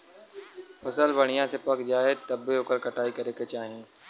फसल बढ़िया से पक जाये तब्बे ओकर कटाई करे के चाही